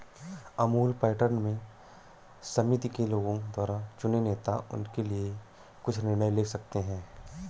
Amul pattern में समिति के लोगों द्वारा चुने नेता उनके लिए कुछ निर्णय ले सकते हैं